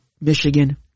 Michigan